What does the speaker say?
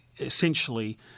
Essentially